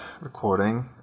recording